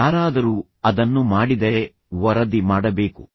ಯಾರಾದರೂ ಅದನ್ನು ಮಾಡಿದರೆ ವರದಿ ಮಾಡಬೇಕು